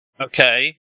Okay